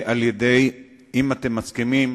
אם אתם מסכימים,